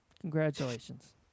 Congratulations